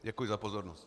Děkuji za pozornost.